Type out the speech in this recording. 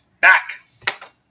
back